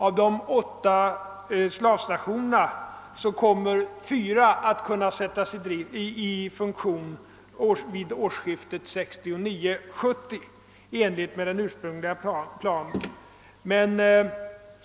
Av de åtta slavstationerna kommer fyra att kunna sättas i funktion vid årsskiftet 1969— 1970 i enlighet med den ursprungliga planen.